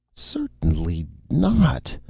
certainly not!